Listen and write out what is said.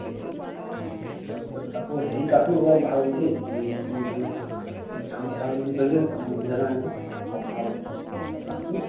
তাৰপিছত আকৌ হেৰি কাঠটো অলপ ভাল দেই সেইটো এইখিনি এইটো এইটো চাম কঁঠাল বুলি কয়যে এ নাম